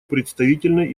представительной